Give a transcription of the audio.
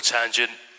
Tangent